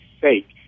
sake